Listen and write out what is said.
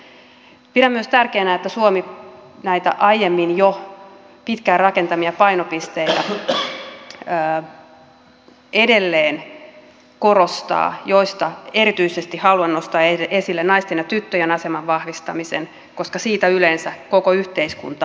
pidän myös tärkeänä että suomi näitä jo aiemmin pitkään rakentamiaan painopisteitä edelleen korostaa ja niistä erityisesti haluan nostaa esille naisten ja tyttöjen aseman vahvistamisen koska siitä yleensä koko yhteiskunta vahvistuu ja kehittyy